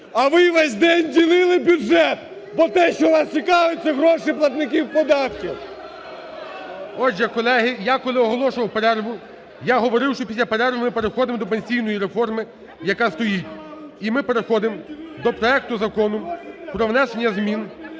А ви весь день ділили бюджет, бо те, що вас цікавить, це гроші платників податків! ГОЛОВУЮЧИЙ. Отже, колеги, я, коли оголошував перерву, я говорив, що після перерви переходимо до пенсійної реформи, яка стоїть. І ми переходимо до проекту Закону про внесення змін